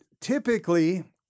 typically